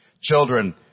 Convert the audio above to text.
children